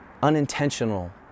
unintentional